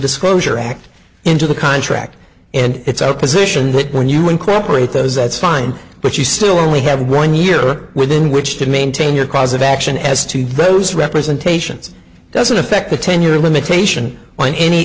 disclosure act into the contract and it's our position that when you incorporate those that's fine but you still only have one year within which to maintain your cause of action as to both representations doesn't affect the tenure limitation on any